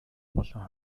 болон